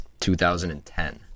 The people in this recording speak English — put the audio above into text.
2010